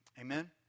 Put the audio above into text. Amen